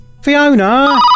Fiona